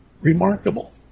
remarkable